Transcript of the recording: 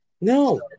No